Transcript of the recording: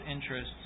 interests